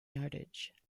yardage